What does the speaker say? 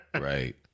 Right